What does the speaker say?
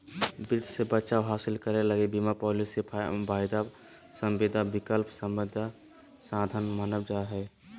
वित्त मे बचाव हासिल करे लगी बीमा पालिसी, वायदा संविदा, विकल्प संविदा साधन मानल जा हय